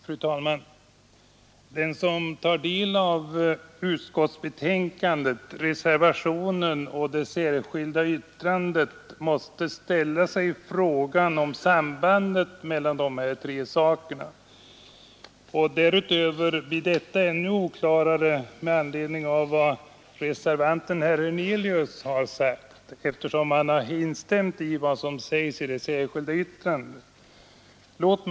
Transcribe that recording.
Fru talman! Den som tar del av utskottsbetänkandet, reservationen och det särskilda yttrandet måste ställa sig frågan om sambandet mellan dessa tre aktstycken. Och sambandet blir ännu oklarare efter vad reservanten herr Hernelius här anfört.